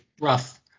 rough